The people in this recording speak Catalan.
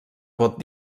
vot